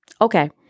Okay